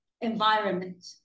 environment